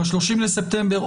ב-30 בספטמבר,